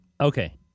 Okay